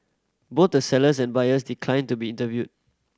both the sellers and buyers declined to be interviewed